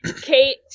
Kate